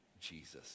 Jesus